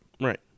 Right